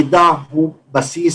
המידע הוא בסיס